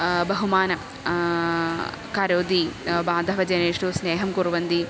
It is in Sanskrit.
बहुमानं करोति बान्धवजनेषु स्नेहं कुर्वन्ति